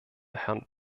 herrn